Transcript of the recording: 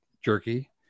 jerky